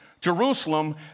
Jerusalem